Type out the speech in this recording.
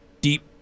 deep